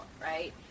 right